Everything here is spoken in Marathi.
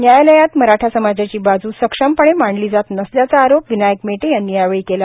न्यायालयात मराठा समाजाची बाजू सक्षमपणे मांडली जात नसल्याचा आरोप विनायक मेटे यांनी यावेळी केला